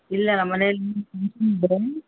ಇಲ್ಲ ನಮ್ಮ ಮನೇಲಿ